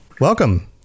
welcome